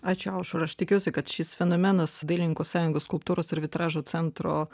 ačiū aušra aš tikiuosi kad šis fenomenas dailininkų sąjungos skulptūros ir vitražo centro